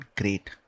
great